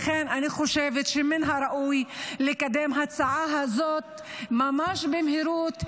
לכן אני חושבת שמן הראוי לקדם את ההצעה הזאת ממש במהירות,